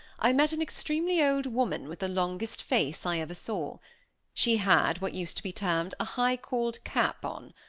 i met an extremely old woman with the longest face i ever saw she had what used to be termed a high-cauld-cap on,